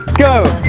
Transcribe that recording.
go!